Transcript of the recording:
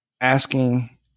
asking